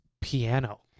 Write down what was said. piano